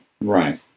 right